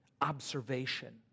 observation